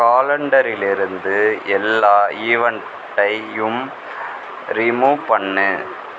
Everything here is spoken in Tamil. காலண்டரிலிருந்து எல்லா ஈவெண்டையும் ரிமூவ் பண்ணு